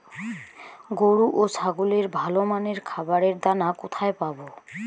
গরু ও ছাগলের ভালো মানের খাবারের দানা কোথায় পাবো?